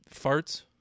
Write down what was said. farts